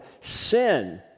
sin